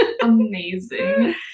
Amazing